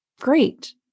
Great